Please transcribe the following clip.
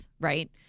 right